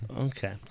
okay